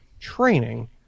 training